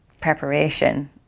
preparation